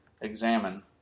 examine